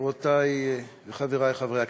חברותי וחברי חברי הכנסת,